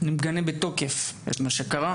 שאני מגנה בתוקף את מה שקרה.